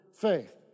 faith